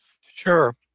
Sure